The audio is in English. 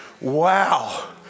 Wow